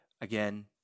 again